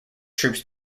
troops